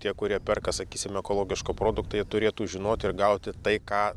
tie kurie perka sakysim ekologišką produktą jie turėtų žinoti ir gauti tai ką